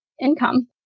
income